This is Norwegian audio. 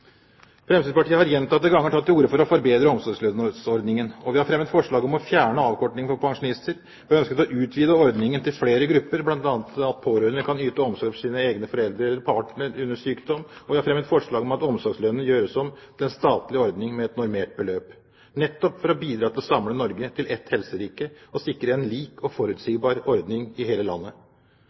Fremskrittspartiet har gjentatte ganger tatt til orde for å forbedre omsorgslønnsordningen. Vi har fremmet forslag om å fjerne avkortingen for pensjonister. Vi har ønsket å utvide ordningen til flere grupper, bl.a. at pårørende kan yte omsorg for sine egne foreldre eller partner under sykdom, og vi har fremmet forslag om at omsorgslønnen gjøres om til en statlig ordning med et normert beløp, nettopp for å bidra til å samle Norge til ett helserike og sikre en lik og forutsigbar ordning i hele landet.